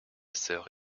sœur